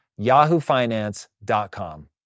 yahoofinance.com